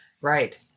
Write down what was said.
Right